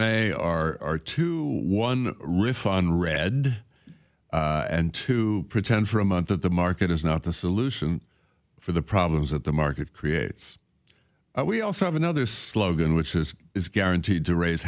may are to one refund read and to pretend for a month that the market is not the solution for the problems that the market creates we also have another slogan which is is guaranteed to raise